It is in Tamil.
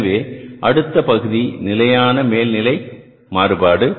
எனவே அடுத்த பகுதி நிலையான மேல் நிலை மாறுபாடு